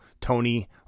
Tony